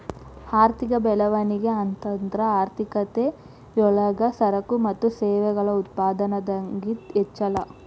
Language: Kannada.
ಆರ್ಥಿಕ ಬೆಳವಣಿಗೆ ಅಂತಂದ್ರ ಆರ್ಥಿಕತೆ ಯೊಳಗ ಸರಕು ಮತ್ತ ಸೇವೆಗಳ ಉತ್ಪಾದನದಾಗಿಂದ್ ಹೆಚ್ಚಳ